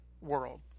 world